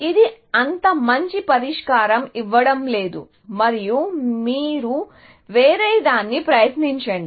ఇది అంత మంచి పరిష్కారం ఇవ్వడం లేదు మరియు మీరు వేరేదాన్ని ప్రయత్నించండి